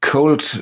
Cold